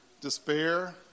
despair